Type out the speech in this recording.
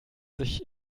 sich